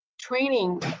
training